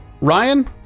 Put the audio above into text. Ryan